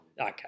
okay